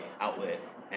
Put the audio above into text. outlet